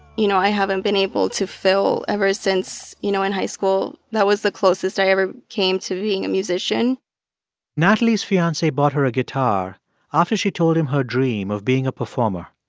you know, i haven't been able to fill ever since, you know, in high school that was the closest i ever came to being a musician natalie's fiancee bought her a guitar after she told him her dream of being a performer.